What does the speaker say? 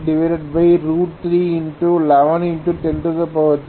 4A